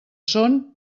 són